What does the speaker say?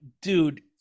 dude